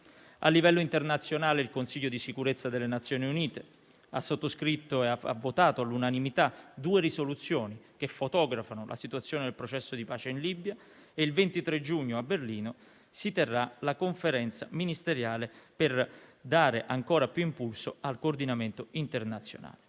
A livello internazionale il Consiglio di sicurezza delle Nazioni Unite ha sottoscritto e votato all'unanimità due risoluzioni che fotografano la situazione del processo di pace in Libia. Il 23 giugno a Berlino si terrà la conferenza ministeriale per dare ancora più impulso al coordinamento internazionale.